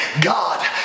God